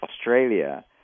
Australia